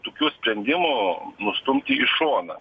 tukių sprendimų nustumti į šoną